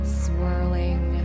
swirling